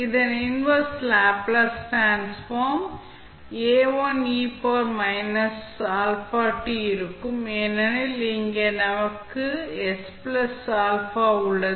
இதன் inverse Laplace transform இருக்கும் ஏனெனில் இங்கே நமக்கு உள்ளது